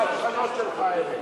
האבחנות האלה שלך.